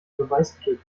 beweismittel